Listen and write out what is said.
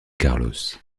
carlos